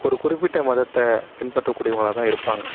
ஒரு குறிப்பிட்ட மதத்தை பின்பற்றக் கூடியவங்களாக தான் இருப்பாங்க